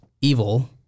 evil